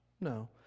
No